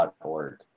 org